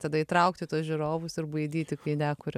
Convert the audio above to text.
tada įtraukti tuos žiūrovus ir baidyti kai nekuria